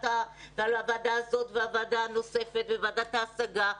הוועדה הזאת ועל הוועדה הנוספת וועדת ההשגה.